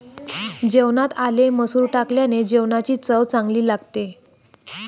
जेवणात आले मसूर टाकल्याने जेवणाची चव चांगली लागते